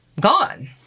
gone